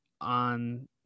on